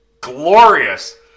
glorious